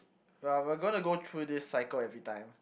well we are gonna go through this cycle everytime